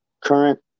current